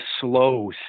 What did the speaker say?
slow